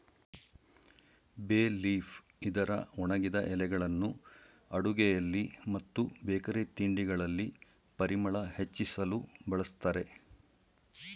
ಬೇ ಲೀಫ್ ಇದರ ಒಣಗಿದ ಎಲೆಗಳನ್ನು ಅಡುಗೆಯಲ್ಲಿ ಮತ್ತು ಬೇಕರಿ ತಿಂಡಿಗಳಲ್ಲಿ ಪರಿಮಳ ಹೆಚ್ಚಿಸಲು ಬಳ್ಸತ್ತರೆ